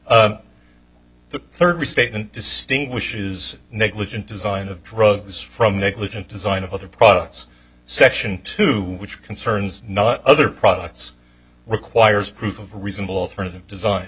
liability the third restatement distinguishes negligent design of drugs from negligent design of other products section two which concerns not other products requires proof of reasonable alternative design